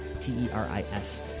T-E-R-I-S